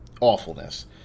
awfulness